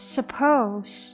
Suppose